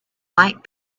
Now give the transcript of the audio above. might